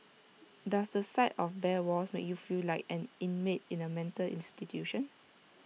does the sight of bare walls make you feel like an inmate in A mental institution